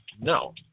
no